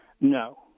No